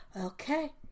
okay